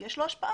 יש לו השפעה.